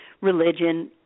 religion